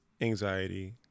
anxiety